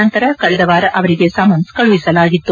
ನಂತರ ಕಳೆದ ವಾರ ಅವರಿಗೆ ಸಮನ್ಸ್ ಕಳಿಸಲಾಗಿತ್ತು